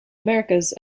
americas